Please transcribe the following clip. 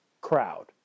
crowd